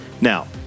Now